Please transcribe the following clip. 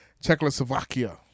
Czechoslovakia